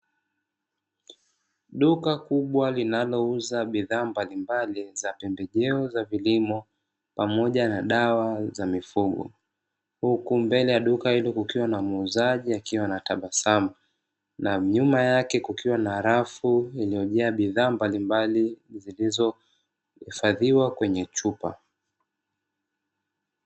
Duka kubwa linalouza bidhaa mbalimbali za pembejeo za kilimo pamoja na dawa za mifugo huku mbele ya duka ili kukiwa na muuzaji akiwa na tabasamu na nyuma yake kukiwa na rafu iliyojaa bidhaa mbalimbali zilizohifadhiwa kwenye chupa.